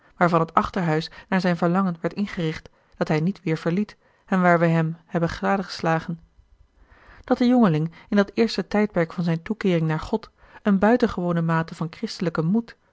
waarvan het achterhuis naar zijn verlangen werd ingericht dat hij niet weêr verliet en waar wij hem hebben gadegeslagen dat de jongeling in dat eerste tijdperk van zijne toekeering naar god eene buitengewone mate van christelijken moed